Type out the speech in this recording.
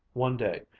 one day,